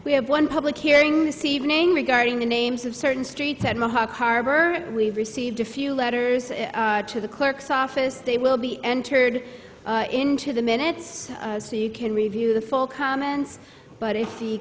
we have one public hearing this evening regarding the names of certain streets at mohawk harbor we've received a few letters to club the x office they will be entered into the minutes you can review the full comments but